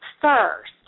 first